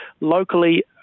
locally